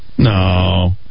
No